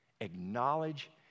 Acknowledge